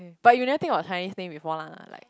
but you never think of Chinese thing before lah like